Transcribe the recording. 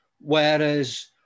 Whereas